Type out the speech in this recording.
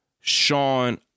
Sean